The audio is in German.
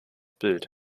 bild